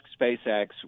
SpaceX